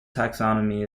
taxonomy